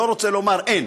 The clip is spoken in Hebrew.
לא רוצה לומר אין,